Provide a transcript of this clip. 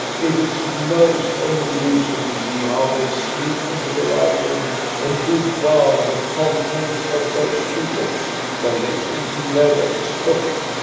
it is most amusing to see how they sneak into the library and devour the contents of those two books when they think nobody's looking.